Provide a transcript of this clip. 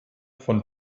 von